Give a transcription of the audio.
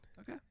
Okay